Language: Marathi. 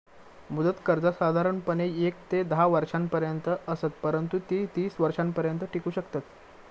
मुदत कर्जा साधारणपणे येक ते धा वर्षांपर्यंत असत, परंतु ती तीस वर्षांपर्यंत टिकू शकतत